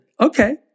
okay